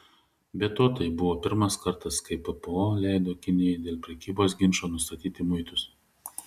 be to tai buvo pirmas kartas kai ppo leido kinijai dėl prekybos ginčo nustatyti muitus